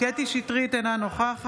קטי קטרין שטרית, אינה נוכחת